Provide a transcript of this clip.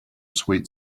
sweet